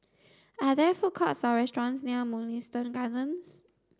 are there food courts or restaurants near Mugliston Gardens